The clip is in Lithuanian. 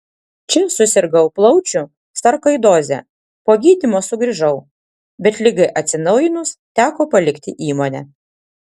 čia susirgau plaučių sarkoidoze po gydymo sugrįžau bet ligai atsinaujinus teko palikti įmonę